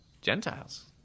Gentiles